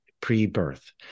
pre-birth